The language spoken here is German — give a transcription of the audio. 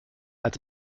als